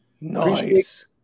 nice